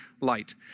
light